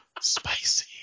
spicy